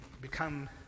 become